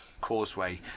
causeway